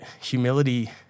Humility